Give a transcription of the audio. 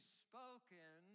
spoken